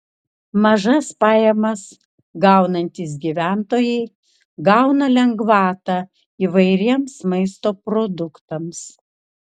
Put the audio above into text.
mažas pajamas gaunantys gyventojai gauna lengvatą įvairiems maisto produktams